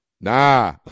nah